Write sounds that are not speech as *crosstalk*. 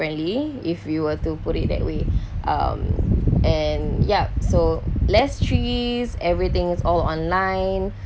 friendly if you were to put it that way *breath* um and yup so less trees everything is all online